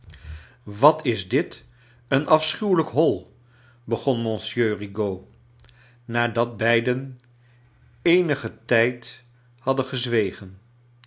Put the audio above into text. wat is dit een afschuwelijk hoi v begon monsieur rigaud nadat beiden eenigen tijd hadden gezwegen